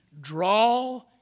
draw